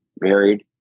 married